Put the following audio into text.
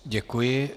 Děkuji.